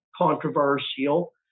controversial